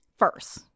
first